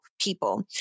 people